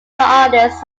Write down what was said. artists